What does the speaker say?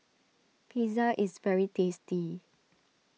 Pizza is very tasty